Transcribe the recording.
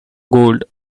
gold